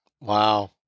Wow